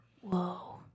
Whoa